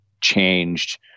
changed